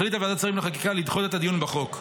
החליטה ועדת השרים לחקיקה לדחות את הדיון בחוק.